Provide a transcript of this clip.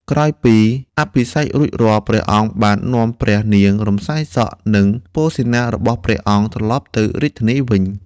ក្រោយពីអភិសេករួចរាល់ ព្រះអង្គបាននាំព្រះនាងរំសាយសក់ និងពលសេនារបស់ព្រះអង្គត្រឡប់ទៅរាជធានីវិញ។